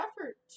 effort